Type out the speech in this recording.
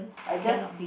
I just